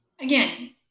again